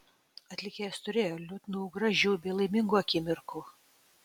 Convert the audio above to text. atlikėjas turėjo liūdnų gražių bei laimingų akimirkų